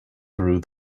through